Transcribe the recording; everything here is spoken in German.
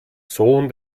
sohn